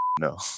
No